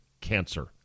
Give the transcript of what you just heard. cancer